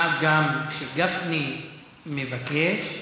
מה גם שגפני מבקש,